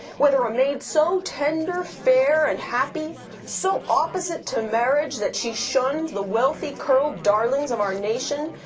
whether a maid so tender, fair, and happy, so opposite to marriage that she shunned the wealthy curled darlings of our nation,